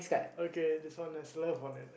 okay this one has love on anything